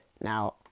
Now